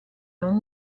non